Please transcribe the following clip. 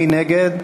מי נגד?